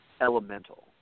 elemental